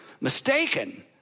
mistaken